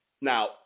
now